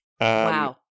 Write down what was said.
wow